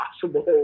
possible